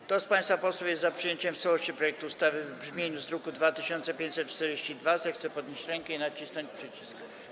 Kto z państwa posłów jest za przyjęciem w całości projektu ustawy w brzmieniu z druku nr 2542, zechce podnieść rękę i nacisnąć przycisk.